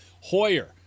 Hoyer